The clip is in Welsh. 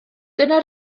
dyna